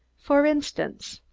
for instance?